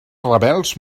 rebels